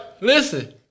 Listen